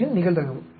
208 இன் நிகழ்தகவு